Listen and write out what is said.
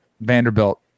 Vanderbilt